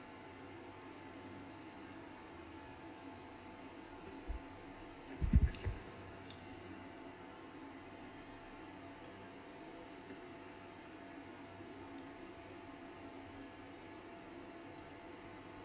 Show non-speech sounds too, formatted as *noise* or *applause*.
*laughs*